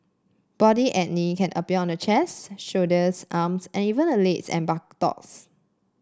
body acne can appear on the chest shoulders arms and even the legs and buttocks